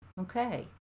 okay